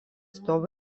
savo